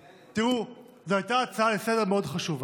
תראו, זאת הייתה הצעה לסדר-היום מאוד חשובה.